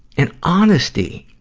and honesty.